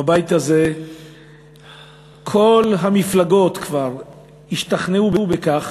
בבית הזה כל המפלגות כבר השתכנעו בכך